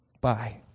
Bye